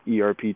ERP